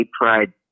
pride